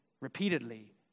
repeatedly